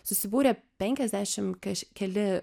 susibūrė penkiasdešim kažkeli